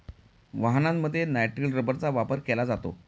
वाहनांमध्ये नायट्रिल रबरचा वापर केला जातो